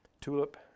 Tulip